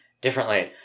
differently